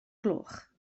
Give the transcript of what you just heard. gloch